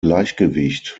gleichgewicht